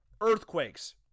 earthquakes